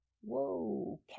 Whoa